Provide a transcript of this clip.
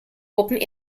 open